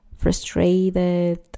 Frustrated